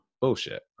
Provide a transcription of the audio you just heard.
Bullshit